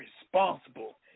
responsible